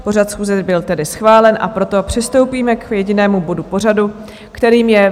Pořad schůze byl tedy schválen, a proto přistoupíme k jedinému bodu pořadu, kterým je